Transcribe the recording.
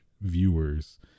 viewers